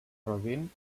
robin